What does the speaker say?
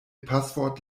passwort